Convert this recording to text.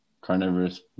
Carnivorous